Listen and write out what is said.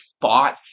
fought